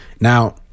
Now